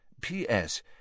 P.S